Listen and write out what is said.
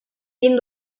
bin